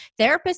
Therapists